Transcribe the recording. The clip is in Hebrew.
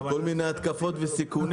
יש התקפות וסיכונים.